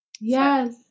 Yes